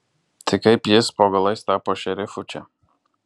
tai kaip jis po galais tapo šerifu čia